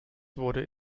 wurde